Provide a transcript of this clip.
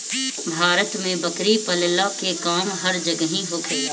भारत में बकरी पलला के काम हर जगही होखेला